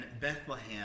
Bethlehem